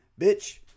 Bitch